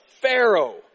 Pharaoh